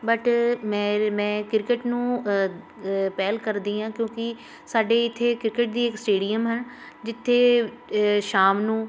but ਮੇਰ ਮੈਂ cricket ਨੂੰ ਪਹਿਲ ਕਰਦੀ ਹਾਂ ਕਿਉਂਕਿ ਸਾਡੇ ਇੱਥੇ ਕ੍ਰਿਕਟ ਦੀ ਇੱਕ ਸਟੇਡੀਅਮ ਹੈ ਜਿੱਥੇ ਸ਼ਾਮ ਨੂੰ